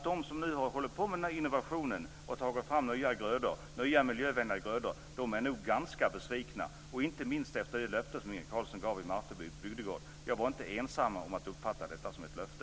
De som har hållit på med innovationen och fått fram nya miljövänliga grödor är nog ganska besvikna, inte minst efter det löfte Inge Carlsson gav i Martebo bygdegård. Jag var inte ensam om att uppfatta detta som ett löfte.